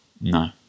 No